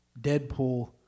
Deadpool